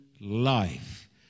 life